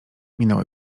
minęła